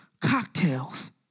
cocktails